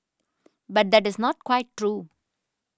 but that is not quite true